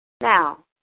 Now